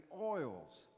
oils